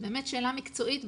זו באמת שאלה מקצועית,